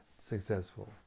successful